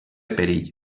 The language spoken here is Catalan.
perill